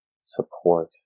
support